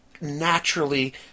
naturally